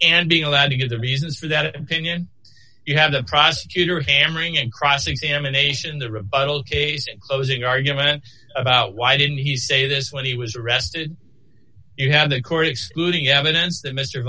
and being allowed to give the reasons for that opinion you have the prosecutor hammering and cross examination the rebuttal case and closing argument about why didn't he say this when he was arrested you had a court excluding evidence that mr